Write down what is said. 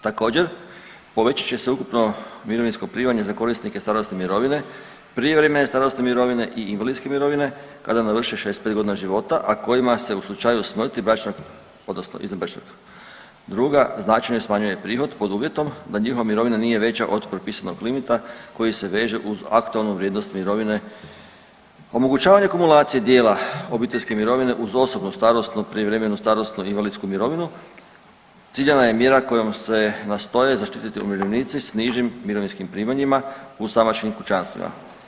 Također povećat će se ukupno mirovinsko primanje za korisnike starosne mirovine, prijevremene starosne mirovine i invalidske mirovine kada navrše 65.g. života, a kojima se u slučaju smrti bračnog odnosno izvanbračnog druga značajno smanjuje prihod pod uvjetom da njihova mirovina nije veća od propisanog limita koji se veže uz aktualnu vrijednost mirovine, omogućavanje kumulacije dijela obiteljske mirovine uz osobnu starosnu, prijevremenu starosnu i invalidsku mirovinu, ciljana je mjera kojom se nastoje zaštiti umirovljenici s nižim mirovinskim primanjima u samačkim kućanstvima.